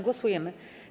Głosujemy.